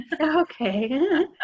okay